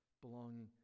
belonging